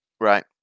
right